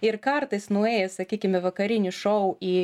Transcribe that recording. ir kartais nuėjęs sakykim į vakarinį šou į